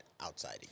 outside